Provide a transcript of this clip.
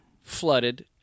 flooded